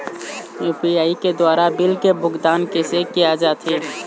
UPI के द्वारा bill के भुगतान कैसे किया जाथे?